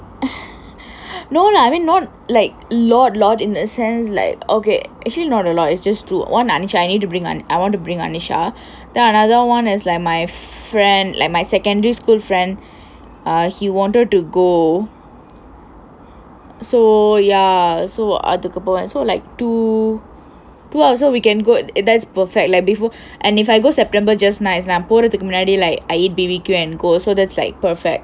no lah I mean not like lot lot in the sense like ok actually not a lot it's just two one anisha I need to bring I want to bring anisha then another [one] is like my friend like my secondary school friend he wanted to go so ya so அதுக்கு போவேன்:athukku pooveen so like two ah so we can go that's perfect like before and if I go september just nice நான் போறதுக்கு முன்னாடி:naan poorathukku munnaadi like I eat B_B_Q and go so that's like perfect